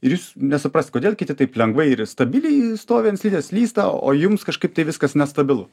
ir jūs nesuprasit kodėl kiti taip lengvai ir stabiliai stovi ant slidės slysta o o jums kažkaip tai viskas nestabilu